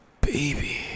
baby